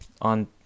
on